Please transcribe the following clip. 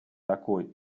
такой